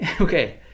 Okay